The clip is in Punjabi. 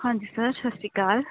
ਹਾਂਜੀ ਸਰ ਸਤਿ ਸ਼੍ਰੀ ਅਕਾਲ